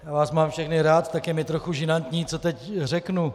Já vás mám všechny rád, tak je mi trochu žinantní, co teď řeknu.